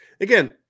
Again